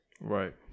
Right